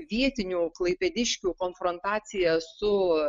vietinių klaipėdiškių konfrontacija su